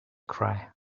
cry